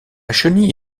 chenille